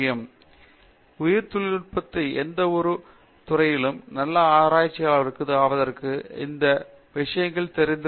பேராசிரியர் பிரதாப் ஹரிதாஸ் சரி உயிரித் தொழில்நுட்பம் உட்படஎந்தவொரு துறையிலும் நல்ல ஆராய்ச்சியாளராக ஆவதற்கு இந்த விஷயங்கள் தெரிந்திருக்க வேண்டும் என்று நான் விரும்புகிறேன்